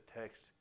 text